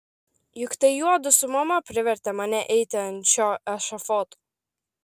juk tai juodu su mama privertė mane eiti ant šio ešafoto